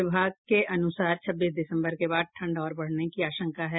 विभाग के अनुसार छब्बीस दिसम्बर के बाद ठंड और बढ़ने की आशंका है